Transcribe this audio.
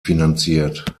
finanziert